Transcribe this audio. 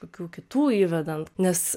kokių kitų įvedant nes